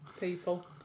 people